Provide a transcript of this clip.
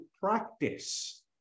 practice